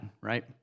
right